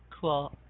cool